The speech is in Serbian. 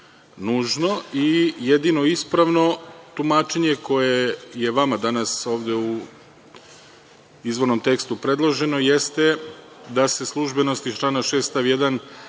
nužno i jedino ispravno tumačenje koje je vama danas ovde u izvornom tekstu predloženo jeste da se službenost iz člana 6. stav 1.